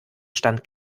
stand